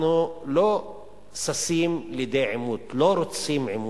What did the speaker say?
אנחנו לא ששים לעימות, לא רוצים עימות,